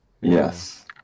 Yes